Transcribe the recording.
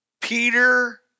Peter